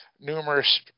numerous